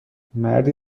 مردی